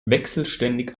wechselständig